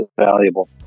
valuable